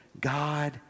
God